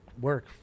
work